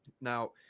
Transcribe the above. Now